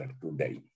today